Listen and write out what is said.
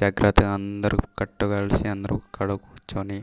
జాగ్రత్తగా అందరూ కట్టు కలిసి అందరూ ఒకకాడ కూర్చొని